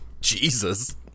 Jesus